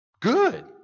Good